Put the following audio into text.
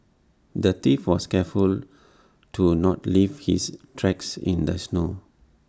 the thief was careful to not leave his tracks in the snow